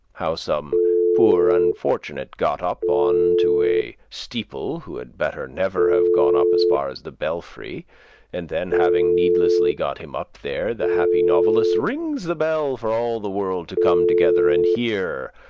how some poor unfortunate got up on to a steeple, who had better never have gone up as far as the belfry and then, having needlessly got him up there, the happy novelist rings the bell for all the world to come together and hear,